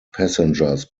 passengers